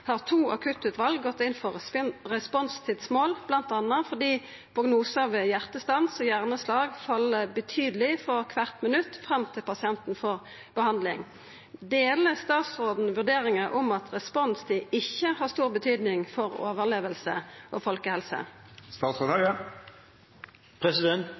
har to akuttutvalg gått inn for responstidsmål – blant annet fordi prognosen ved hjertestans og hjerneslag faller betydelig for hvert minutt frem til pasienten får behandling. Deler statsråden vurderingen om at responstid ikke har stor betydning for overlevelse og